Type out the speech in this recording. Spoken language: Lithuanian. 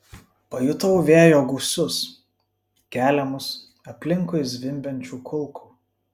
pajutau vėjo gūsius keliamus aplinkui zvimbiančių kulkų